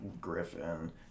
Griffin